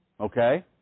okay